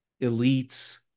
elites